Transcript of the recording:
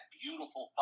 beautiful